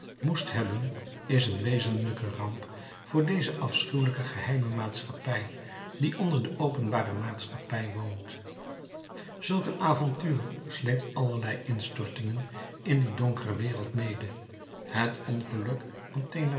moest hebben is een wezenlijke ramp voor deze afschuwelijke geheime maatschappij die onder de openbare maatschappij woont zulk een avontuur sleept allerlei instortingen in die donkere wereld mede het ongeluk